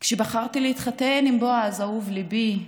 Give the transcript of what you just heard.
כשבחרתי להתחתן עם בועז, אהוב ליבי,